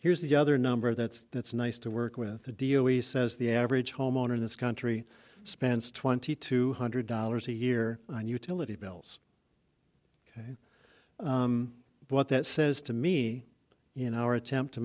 here's the other number that's that's nice to work with the deal he says the average homeowner in this country spends twenty two hundred dollars a year on utility bills and what that says to me in our attempt to